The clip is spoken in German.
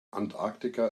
antarktika